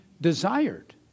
desired